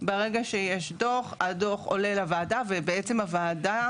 ברגע שיש דוח הדוח עולה לוועדה ובעצם הוועדה